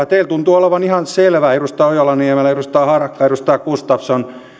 teille tuntuu olevan ihan selvää edustaja ojala niemelä ja edustaja harakka ja edustaja gustafsson